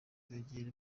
kwegera